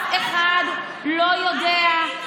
המנכ"ל שלך.